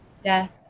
death